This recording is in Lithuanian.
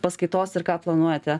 paskaitos ir ką planuojate